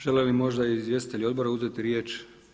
Žele li možda izvjestitelji odbora uzeti riječ?